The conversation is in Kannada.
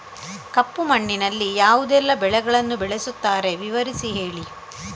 ಕಪ್ಪು ಮಣ್ಣಿನಲ್ಲಿ ಯಾವುದೆಲ್ಲ ಬೆಳೆಗಳನ್ನು ಬೆಳೆಸುತ್ತಾರೆ ವಿವರಿಸಿ ಹೇಳಿ